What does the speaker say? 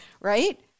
right